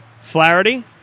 Flaherty